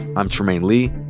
i'm trymaine lee,